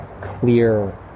clear